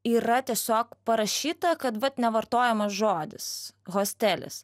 yra tiesiog parašyta kad vat nevartojamas žodis hostelis